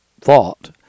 thought